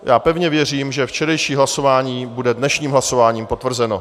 Já pevně věřím, že včerejší hlasování bude dnešním hlasováním potvrzeno.